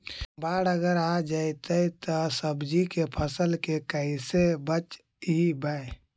बाढ़ अगर आ जैतै त सब्जी के फ़सल के कैसे बचइबै?